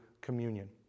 communion